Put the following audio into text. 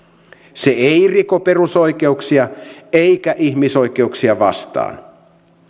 se ei riko perusoikeuksia eikä ihmisoikeuksia vastaan